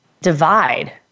divide